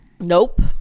nope